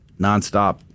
nonstop